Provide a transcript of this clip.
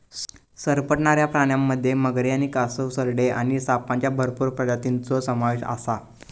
सरपटणाऱ्या प्राण्यांमध्ये मगरी आणि कासव, सरडे आणि सापांच्या भरपूर प्रजातींचो समावेश आसा